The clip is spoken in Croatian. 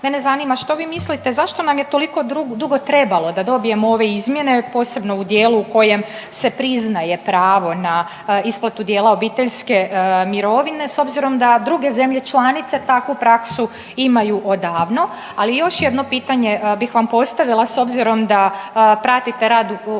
Mene zanima što vi mislite zašto nam je toliko dugo trebalo da dobijemo ove izmjene, posebno u dijelu u kojem se priznaje pravo na isplatu dijela obiteljske mirovine s obzirom da druge zemlje članice takvu praksu imaju odavno? Ali još jedno pitanje bih vam postavila s obzirom da pratite rad